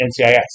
NCIS